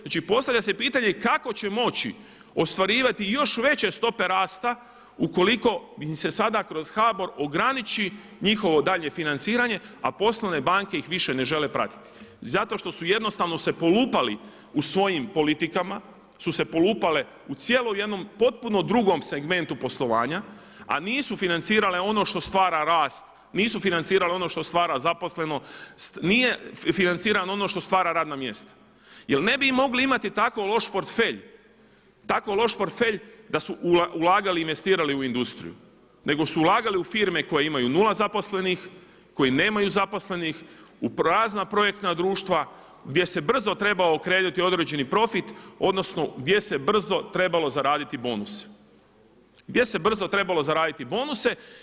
Znači postavlja se pitanje kako će moći ostvarivati i još veće stope rasta ukoliko im se sada kroz HBOR ograniči njihovo daljnje financiranje a poslovne banke ih više ne žele pratiti zato što su jednostavno se polupali u svojim politikama su se polupale u cijelom jednom potpuno drugom segmentu poslovanja a nisu financirale ono što stvara rast, nisu financirale ono što stvara zaposlenost, nije financirano ono što stvara radna mjesta jer ne bi mogli imati tako loš portfelj, tako loš portfelj da su ulagali i investirali u industriju nego su ulagali u firme koje imaju 0 zaposlenih, koji nemaju zaposlenih, u prazna projektna društva gdje se brzo trebao okrenuti određeni profit, odnosno gdje se brzo trebalo zaraditi bonus, gdje se brzo trebalo zaraditi bonuse.